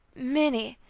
minnie!